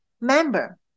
member